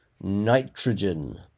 Nitrogen